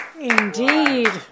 Indeed